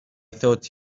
thought